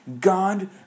God